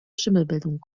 schimmelbildung